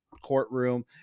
courtroom